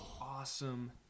awesome